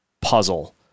puzzle